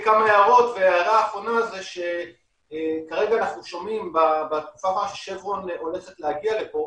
וההערה האחרונה זה שכרגע אנחנו שומעים --- הולכת להגיע לפה